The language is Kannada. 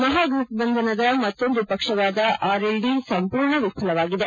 ಮಹಾಘಟ ಬಂಧನದ ಮತ್ತೊಂದು ಪಕ್ಷವಾದ ಅರ್ಎಲ್ಡಿ ಸಂಪೂರ್ಣ ವಿಫಲವಾಗಿದೆ